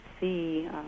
see